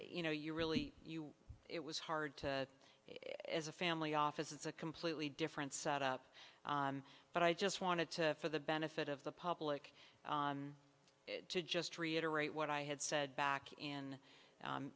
you know you really you it was hard to it as a family office it's a completely different set up but i just wanted to for the benefit of the public to just reiterate what i had said back in